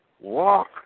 walk